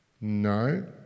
no